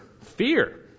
fear